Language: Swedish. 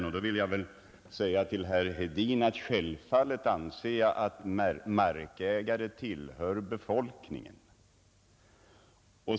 Jag vill säga till herr Hedin att jag självfallet anser att markägare tillhör befolkningen.